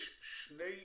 יש שני תשלומים,